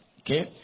Okay